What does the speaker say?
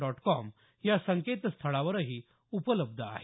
dot com या संकेतस्थळावरही उपलब्ध आहे